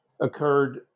occurred